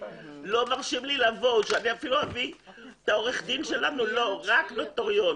לא מרשים לי לבוא ושלא אביא את עורך הדין שלנו אלא רק נוטריון.